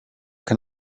can